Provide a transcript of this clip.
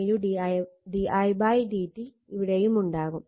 di dt ഇവിടെയും ഉണ്ടാകും